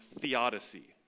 theodicy